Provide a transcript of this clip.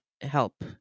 help